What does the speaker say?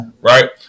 Right